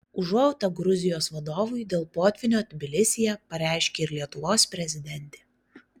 užuojautą gruzijos vadovui dėl potvynio tbilisyje pareiškė ir lietuvos prezidentė